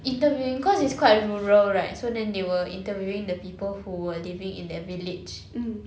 interviewing cause it's quite rural right so then they were interviewing the people who were living in that village